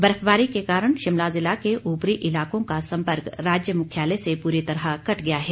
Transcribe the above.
बर्फबारी के कारण शिमला जिला के ऊपरी इलाकों का संपर्क राज्य मुख्यालय से पूरी तरह कट गया है